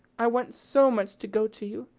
i want so much to go to you,